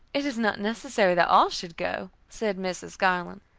it is not necessary that all should go, said mrs. garland.